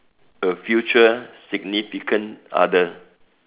a future significant other